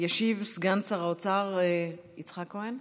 ישיב סגן שר האוצר יצחק כהן,